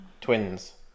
Twins